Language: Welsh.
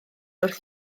wrth